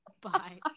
Bye